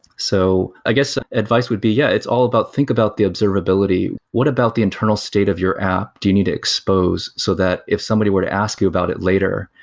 so i guess, advice would be yeah, it's all about think about the observability. what about the internal state of your app do you need to expose, so that if somebody were to ask you about it later,